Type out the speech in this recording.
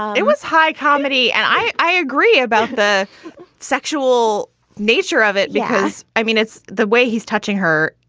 it was high comedy and i i agree about the sexual nature of it because i mean, it's the way he's touching her.